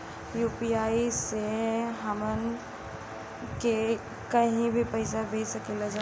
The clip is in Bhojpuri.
यू.पी.आई से हमहन के कहीं भी पैसा भेज सकीला जा?